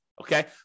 Okay